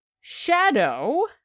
Shadow